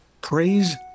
Praise